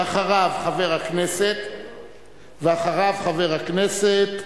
אחריו, חברי הכנסת